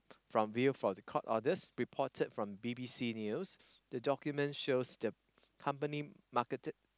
from view for the court orders reported from B_B_C news the documents shows the company marketed